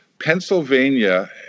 Pennsylvania